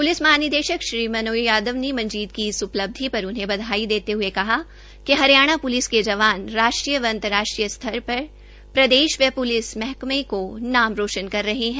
police महानिदेशक श्री मनोज यादव ने मंजीत की इस उपलब्धि पर उन्हें बधाई देते हए कहा कि हरियाणा पुलिस के जवान राष्ट्रीय व अंतर्राष्ट्रीय स्तर पर प्रदेश व प्लिस महकमे को नाम रोशन कर रहे हैं